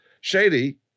shady